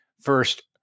first